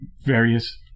various